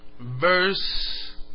verse